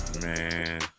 Man